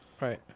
Right